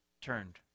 turned